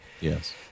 Yes